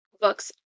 books